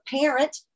parent